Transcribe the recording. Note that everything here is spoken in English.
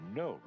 no